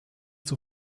zur